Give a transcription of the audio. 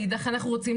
החוכמה